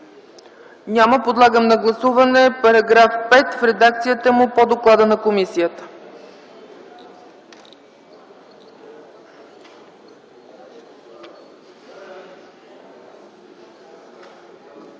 Няма. Подлагам на гласуване § 5 в редакцията му по доклада на комисията.